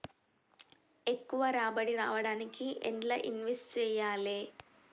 ఎక్కువ రాబడి రావడానికి ఎండ్ల ఇన్వెస్ట్ చేయాలే?